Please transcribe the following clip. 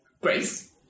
grace